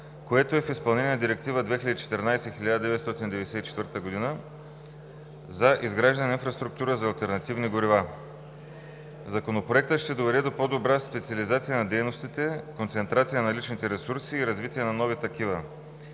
което е в изпълнение на Директива 2014/1994 г. – за изграждане на инфраструктура за алтернативни горива. Законопроектът ще доведе до по-добра специализация на дейностите, концентрация на наличните ресурси и развитие на нови такива.